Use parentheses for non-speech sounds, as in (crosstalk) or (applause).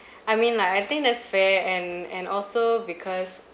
(breath) I mean like I think that's fair and and also because